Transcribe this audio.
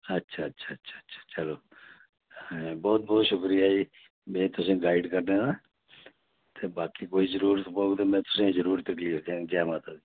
अच्छा अच्छा अच्छा अच्छा चलो बौह्त बौह्त शुक्रिया जी मै तुसी गाइड करने दा ते बाकी कोई जरूरत पौह्ग ते में तुसेंगी जरूर तकलीफ देङ जै माता दी